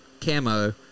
camo